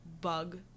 bug